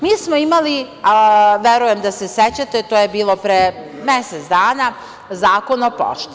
Mi smo imali, verujem da se sećate, to je bilo pre mesec dana, Zakon o pošti.